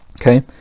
Okay